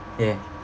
ya